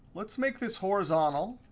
let's make this horizontal.